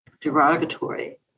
derogatory